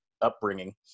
upbringing